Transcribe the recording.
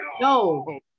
No